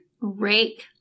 Rake